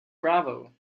bravo